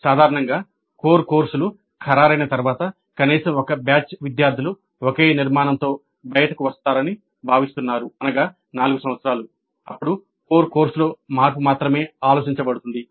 సాధారణంగా కోర్ కోర్సులు ఖరారైన తర్వాత కనీసం ఒక బ్యాచ్ విద్యార్థులు ఒకే నిర్మాణంతో బయటకు వస్తారని భావిస్తున్నారు అనగా నాలుగు సంవత్సరాలు అప్పుడు కోర్ కోర్సులో మార్పు మాత్రమే ఆలోచించబడుతుంది